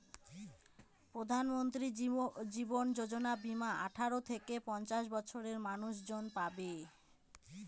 প্রধানমন্ত্রী জীবন যোজনা বীমা আঠারো থেকে পঞ্চাশ বছরের মানুষজন পাবে